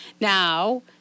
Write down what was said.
Now